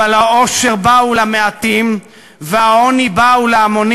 אבל העושר בה הוא למעטים והעוני בה הוא להמונים.